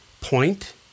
point